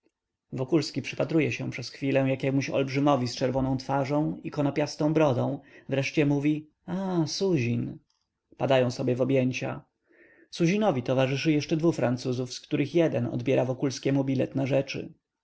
wokulski przypatruje się przez chwilę jakiemuś olbrzymowi z czerwoną twarzą i konopiastą brodą wreszcie mówi ach suzin padają sobie w objęcia suzinowi towarzyszy jeszcze dwu francuzów z których jeden odbiera wokulskiemu bilet na rzeczy